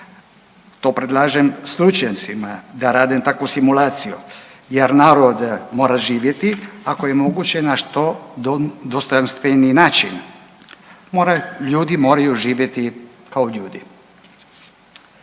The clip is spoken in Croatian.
to predlažem stručnjacima da rade takvu simulaciju jer narod mora živjeti ako je moguće na što dostojanstveniji način, ljudi moraju živjeti kao ljudi.